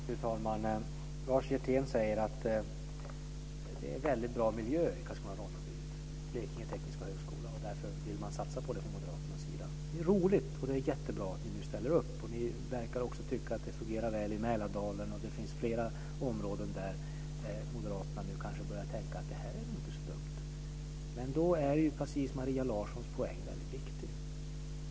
Fru talman! Lars Hjertén säger att det är en väldigt bra miljö i Karlskrona-Ronneby, Blekinge tekniska högskola, och att moderaterna därför vill satsa på den. Det är roligt. Det är jättebra att ni nu ställer upp. Ni verkar också tycka att det fungerar väl i Mälardalen, och det finns flera områden där moderaterna nu kanske börjar tänka att det här är nog inte så dumt. Men då är Maria Larssons poäng väldigt viktig.